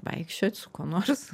vaikščiot su kuo nors